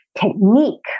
technique